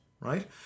right